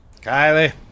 Kylie